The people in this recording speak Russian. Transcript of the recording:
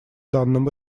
данном